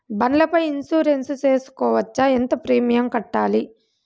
బండ్ల పై ఇన్సూరెన్సు సేసుకోవచ్చా? ఎంత ప్రీమియం కట్టాలి?